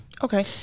Okay